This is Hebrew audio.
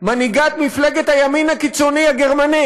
מנהיגת מפלגת הימין הקיצוני הגרמני.